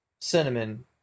cinnamon